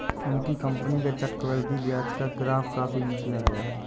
उनकी कंपनी का चक्रवृद्धि ब्याज का ग्राफ काफी नीचे आ गया है